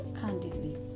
candidly